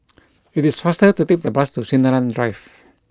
it is faster to take the bus to Sinaran Drive